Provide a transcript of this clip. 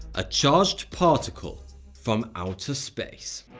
a charged particle from outer space.